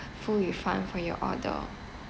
full refund for your order